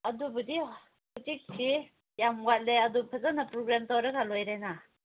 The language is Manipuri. ꯑꯗꯨꯕꯨꯗꯤ ꯍꯧꯖꯤꯛꯇꯤ ꯌꯥꯝ ꯋꯥꯠꯂꯦ ꯑꯗꯨ ꯐꯖꯅ ꯄ꯭ꯔꯨꯕꯦꯜ ꯇꯧꯔꯒ ꯂꯣꯏꯔꯦꯅ